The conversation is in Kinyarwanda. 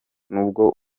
nubwo